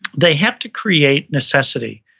they have to create necessity.